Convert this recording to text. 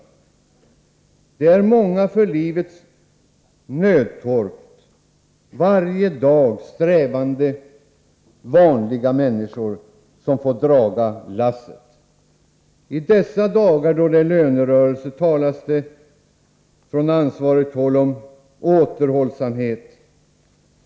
Det är de många, för livets nödtorft varje dag strävande vanliga människorna, som får dra lasset. I dessa dagar, då det är lönerörelse, talas det från ansvarigt håll om återhållsamhet.